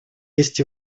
есть